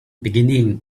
beginning